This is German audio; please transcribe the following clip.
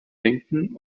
denken